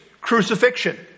crucifixion